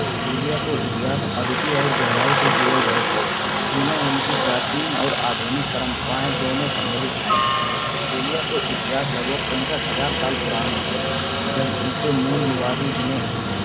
ऑस्ट्रेलिया को इतिहास अद्वितीय ओर गहराई से जुड़ो भाव है जी में इनके प्राचीन और आधुनिक परंपराएं दोनों सम्मलित है। ऑस्ट्रेलिया को इतिहास लगभग पैसठ हजार साल पुरानो है। जब ई के मूल निवासी जिन्हे